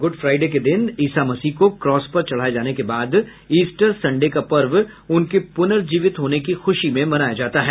good Friday के दिन ईसा मसीह को क्रॉस पर चढ़ाये जाने के बाद ईस्टर संडे का पर्व उनके पुनर्जीवित होने की खुशी में मनाया जाता है